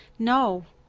no.